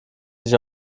sich